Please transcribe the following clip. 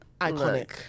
Iconic